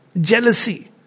Jealousy